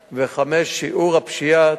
5. שיעור הפשיעה,